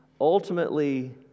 ultimately